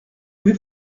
avez